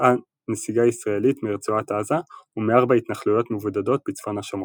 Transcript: בוצעה נסיגה ישראלית מרצועת עזה ומארבע התנחלויות מבודדות בצפון השומרון.